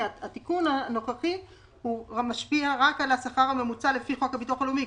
התיקון הנוכחי הוא משפיע רק על השכר הממוצע לפי חוק הביטוח הלאומי.